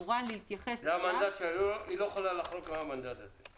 זה המנדט שלה, היא לא יכולה לחרוג מן המנדט הזה.